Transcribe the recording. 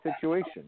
situation